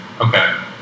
Okay